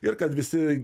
ir kad visi